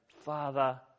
Father